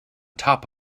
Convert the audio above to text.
top